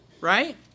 Right